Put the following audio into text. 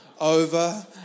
Over